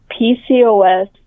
PCOS